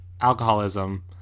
alcoholism